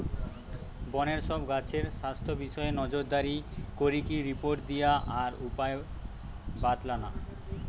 বনের সব গাছের স্বাস্থ্য বিষয়ে নজরদারি করিকি রিপোর্ট দিয়া আর উপায় বাৎলানা